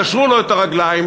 קשרו לו את הרגליים,